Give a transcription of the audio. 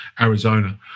Arizona